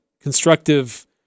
constructive